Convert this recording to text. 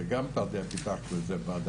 זה גם משהו שפיתחנו בהדסה,